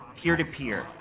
peer-to-peer